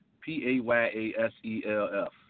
P-A-Y-A-S-E-L-F